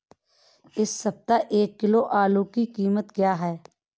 इस सप्ताह एक किलो आलू की कीमत क्या है?